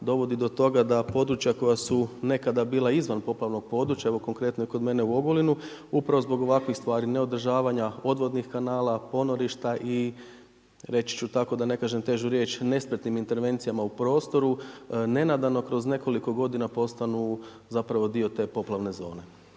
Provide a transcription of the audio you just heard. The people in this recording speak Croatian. dovodi do toga da područja koja su nekada bila izvan poplavnog područja, evo konkretno i kod mene u Ogulinu, upravo zbog ovakvih stvari, neodržavanja odvodnih kanala, ponorišta i reći ću tako da ne kažem težu riječ nespretnim intervencijama u prostoru, nenadano kroz nekoliko godina postanu zapravo dio te poplavne zone.